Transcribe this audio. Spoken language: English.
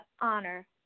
honor